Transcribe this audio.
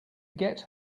get